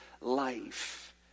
life